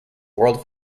world